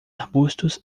arbustos